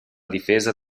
difesa